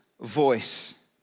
voice